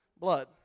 Blood